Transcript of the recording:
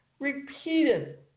repeated